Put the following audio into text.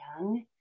young